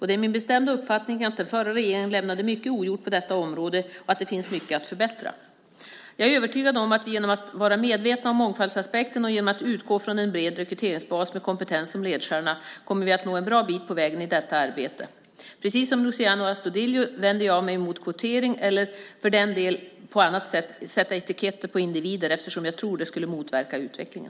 Det är min bestämda uppfattning att den förra regeringen lämnade mycket ogjort på detta område och att det finns mycket att förbättra. Jag är övertygad om att vi genom att vara medvetna om mångfaldsaspekten och genom att utgå från en bred rekryteringsbas med kompetens som ledstjärna kommer att nå en bra bit på vägen i detta arbete. Precis som Luciano Astudillo vänder jag mig mot kvotering eller att för den delen på annat sätt sätta etiketter på individer, eftersom jag tror att det skulle motverka utvecklingen.